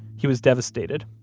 he was devastated.